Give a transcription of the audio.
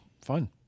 fun